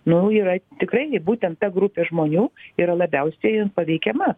nu yra tikrai būtent ta grupė žmonių yra labiausiai paveikiama